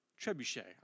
trebuchet